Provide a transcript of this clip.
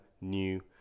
new